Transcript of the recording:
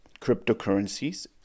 cryptocurrencies